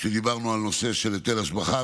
כשדיברנו על נושא של היטל השבחה,